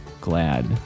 glad